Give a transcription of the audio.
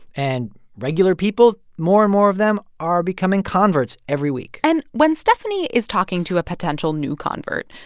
and regular people more and more of them are becoming converts every week and when stephanie is talking to a potential new convert,